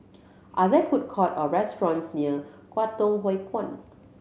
are there food court or restaurants near Kwangtung Hui Kuan